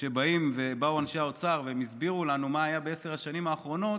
כשבאו אנשי האוצר והסבירו לנו מה היה בעשר השנים האחרונות,